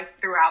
throughout